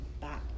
back